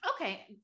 okay